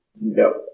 no